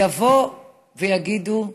יבואו ויגידו: